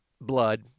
blood